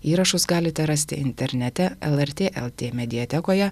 įrašus galite rasti internete lrt lt mediatekoje